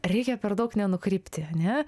reikia per daug nenukrypti ane